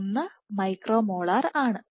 1 micro molar ആണ്